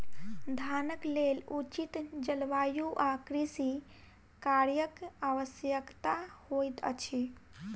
धानक लेल उचित जलवायु आ कृषि कार्यक आवश्यकता होइत अछि